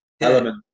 element